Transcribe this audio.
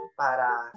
para